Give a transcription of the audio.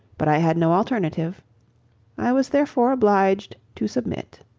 but i had no alternative i was therefore obliged to submit.